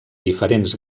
diferents